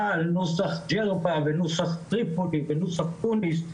על נוסח ג'רבה ונוסח טריפולי ונוסח תוניס,